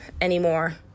anymore